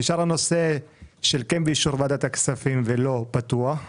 נשאר הנושא של אישור ועדת הכספים ולא פתוח.